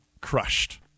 crushed